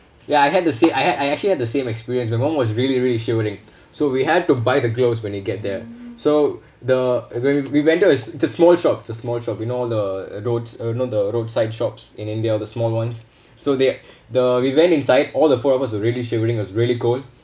ya I had to say I I actually had the same experience my mum was really really shivering so we had to buy the gloves when we get there so the uh we went to a it's a small shop it's a small shop you know the roads uh you know the roadside shops in india the small ones so they the we went inside all the four of us were really shivering was really cold